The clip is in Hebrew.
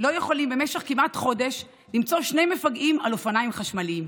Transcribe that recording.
לא יכולים במשך כמעט חודש למצוא שני מפגעים על אופניים חשמליים?